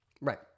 Right